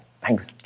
Thanks